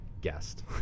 guest